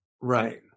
Right